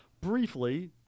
Briefly